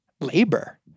labor